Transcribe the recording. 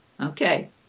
Okay